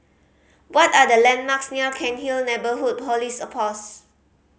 what are the landmarks near Cairnhill Neighbourhood Police Post